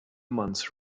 months